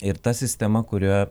ir ta sistema kurioje